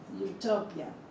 Utopia